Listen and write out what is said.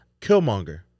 killmonger